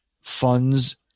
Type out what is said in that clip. funds